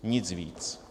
Nic víc.